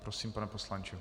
Prosím, pane poslanče.